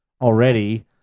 already